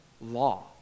law